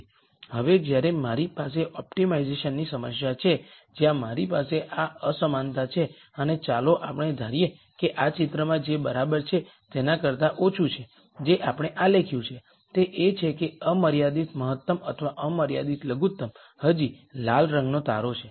હવે જ્યારે મારી પાસે ઓપ્ટિમાઇઝેશનની સમસ્યા છે જ્યાં મારી પાસે આ અસમાનતા છે અને ચાલો આપણે ધારીએ કે આ ચિત્રમાં જે બરાબર છે તેના કરતા ઓછું છે જે આપણે આલેખ્યું છે તે એ છે કે અમર્યાદિત મહત્તમ અથવા અમર્યાદિત લઘુત્તમ હજી લાલ રંગનો તારો છે